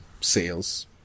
sales